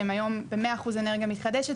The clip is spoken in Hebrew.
שהיום הם ב-100 אחוז אנרגיה מתחדשת